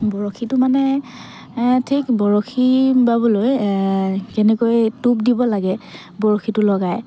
বৰশীটো মানে ঠিক বৰশী বাবলৈ কেনেকৈ টোপ দিব লাগে বৰশীটো লগাই